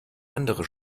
andere